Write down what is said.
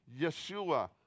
Yeshua